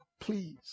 please